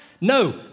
No